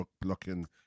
blocking